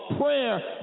prayer